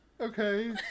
Okay